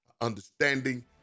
understanding